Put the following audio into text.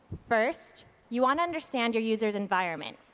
first, you want to understand your user's environment.